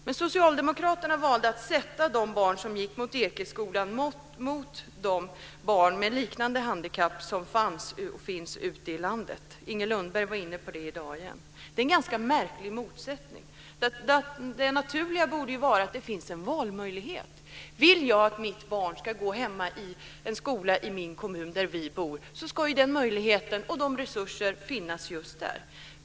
Men Socialdemokraterna valde att sätta de barn som gick i Ekeskolan mot de barn med liknande handikapp som finns ute i landet. Inger Lundberg var inne på det i dag igen. Det är en ganska märklig motsättning. Det naturliga borde ju vara att det finns en valmöjlighet. Vill jag att mitt barn ska gå i en skola i den kommun där vi bor ska den möjligheten och resurserna för det finnas just där.